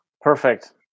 Perfect